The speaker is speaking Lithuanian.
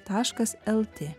taškas el tė